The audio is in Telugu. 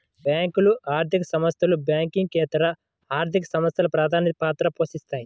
బ్యేంకులు, ఆర్థిక సంస్థలు, బ్యాంకింగేతర ఆర్థిక సంస్థలు ప్రధానపాత్ర పోషిత్తాయి